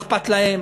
מה אכפת להם?